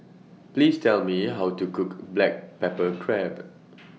Please Tell Me How to Cook Black Pepper Crab